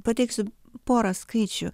pateiksiu porą skaičių